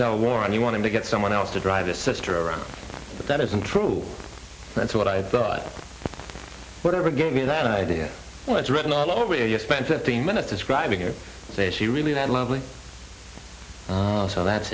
tell warren you want to get someone else to drive the sister around but that isn't true that's what i thought whatever gave me that idea well it's written all over you spent fifteen minutes describing her say she really that lovely so that's